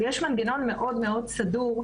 ויש מנגנון מאוד-מאוד סדור,